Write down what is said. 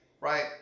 Right